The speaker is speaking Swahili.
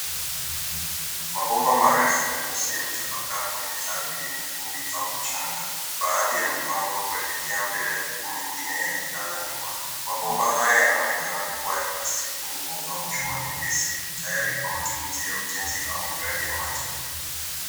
Mabomba marefu meusi yametapakaa kwenye ardhi yenye vumbi au mchanga. Baadhi yamepangwa kuelekea mbele huku mengine yakilala nyuma. Mabomba haya yanaonekana kuwa ya plastiki ngumu au chuma nyepesi, tayari kwa matumizi ya ujenzi au miradi ya maji.